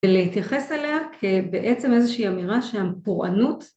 להתייחס אליה כבעצם איזושהי אמירה של פורענות